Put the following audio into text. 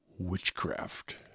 Witchcraft